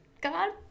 god